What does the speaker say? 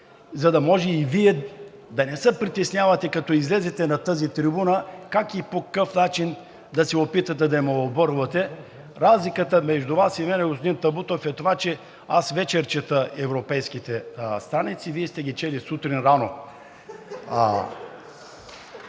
за да може и Вие да не се притеснявате като излезете на тази трибуна как и по какъв начин да се опитате да ме оборвате. Разликата между Вас и мен, господин Табутов, е това, че аз вечер чета европейските страници, Вие сте ги чели сутрин рано.